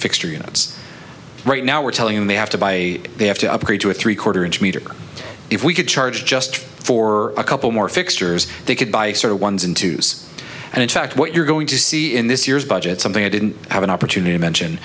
experience right now we're telling them they have to buy they have to upgrade to a three quarter inch meter if we could charge just for a couple more fixtures they could buy sort of ones and twos and in fact what you're going to see in this year's budget something i didn't have an opportunity mention